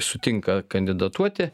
sutinka kandidatuoti